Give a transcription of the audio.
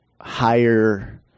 higher